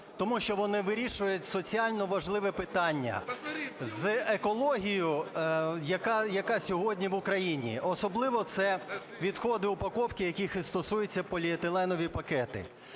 тому, що вони вирішують соціально важливе питання з екологією яка сьогодні в Україні. Особливо це відходи упаковки, яких стосуються поліетиленові пакети.